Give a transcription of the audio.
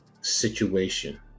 situation